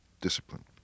discipline